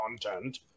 content